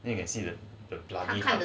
and you can see that the bloody